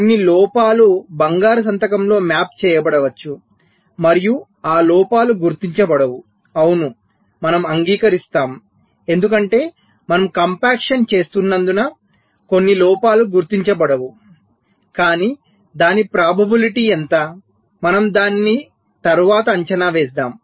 కొన్ని లోపాలు బంగారు సంతకంలో మ్యాప్ చేయబడవచ్చు మరియు ఆ లోపాలు గుర్తించబడవు అవును మనం అంగీకరిస్తాము ఎందుకంటే మనం కంప్యాక్షన్ చేస్తున్నందున కొన్ని లోపాలు గుర్తించబడవు కానీ దాని సంభావ్యత ఏమిటి మనం దానిని తరువాత అంచనా వేస్తాము